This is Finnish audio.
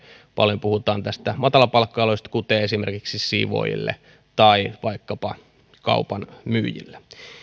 paljon puhutaan näistä matalapalkka aloista esimerkiksi siivoojille tai vaikkapa kaupan myyjille